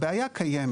אבל הבעיה קיימת.